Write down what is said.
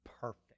perfect